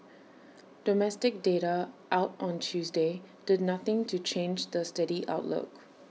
domestic data out on Tuesday did nothing to change the steady outlook